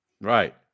Right